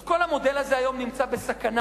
אז כל המודל הזה היום נמצא בסכנה.